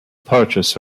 purchase